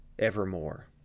evermore